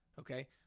Okay